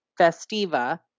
Festiva